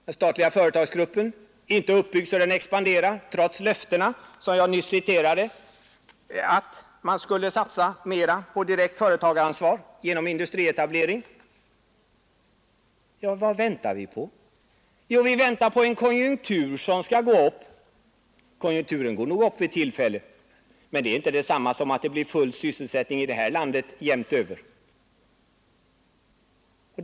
Den statliga företagsgruppen är inte uppbyggd så att den expanderar trots löftena, som jag nyss citerat, att vi skulle satsa mera på direkt företagaransvar genom industrietablering. Vad väntar vi på? Jo, vi väntar på en konjunktur som skall gå upp. Konjunkturen går nog upp vid tillfälle, men det är inte detsamma som att det blir full sysselsättning här i landet jämnt över.